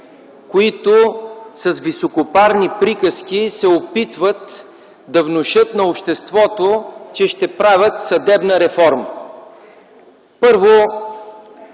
които с високопарни приказки се опитват да внушат на обществото, че ще правят съдебна реформа.